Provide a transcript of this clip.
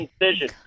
incision